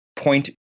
point